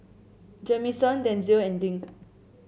Jamison Denzil and Dink